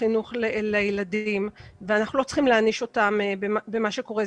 החינוך לילדים ושאנחנו לא צריכים להעניש אותם במה שקורה.